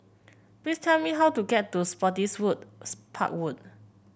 please tell me how to get to Spottiswoode's Road Park Road